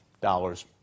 dollars